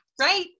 right